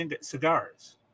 cigars